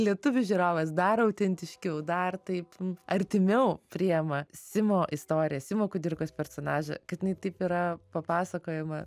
lietuvių žiūrovas dar autentiškiau dar taip artimiau priima simo istoriją simo kudirkos personažą kad jinai taip yra papasakojama